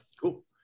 Cool